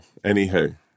anywho